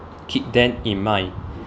keep then in mind